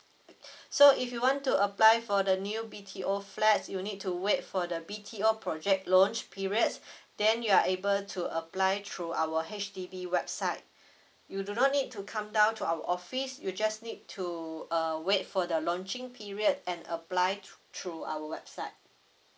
so if you want to apply for the new B T O flat you need to wait for the B T O project launch periods then you are able to apply through our H_D_B website you do not need to come down to our office you just need to err wait for the launching period and apply through through our website